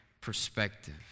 perspective